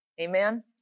Amen